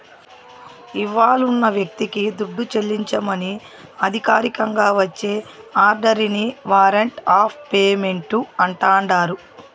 ఇవ్వాలున్న వ్యక్తికి దుడ్డు చెల్లించమని అధికారికంగా వచ్చే ఆర్డరిని వారంట్ ఆఫ్ పేమెంటు అంటాండారు